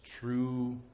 true